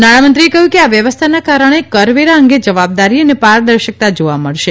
નાણામંત્રીએ કહ્યું કે આ વ્યવસ્થાના કારણે કરવેરા અંગે જવાબદારી અને પારદર્શકતા જોવા મળશે